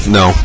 no